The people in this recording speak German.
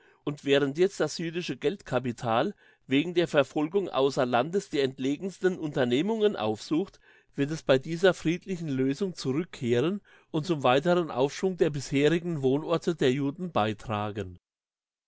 und während jetzt das jüdische geldcapital wegen der verfolgungen ausser landes die entlegensten unternehmungen aufsucht wird es bei dieser friedlichen lösung zurückkehren und zum weiteren aufschwung der bisherigen wohnorte der juden beitragen